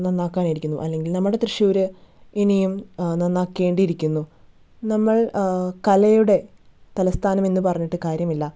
നന്നാക്കാനിരിക്കുന്നു അല്ലെങ്കിൽ നമ്മുടെ തൃശ്ശൂർ ഇനിയും നന്നാക്കേണ്ടിയിരിക്കുന്നു നമ്മൾ കലയുടെ തലസ്ഥാനം എന്ന് പറഞ്ഞിട്ട് കാര്യമില്ല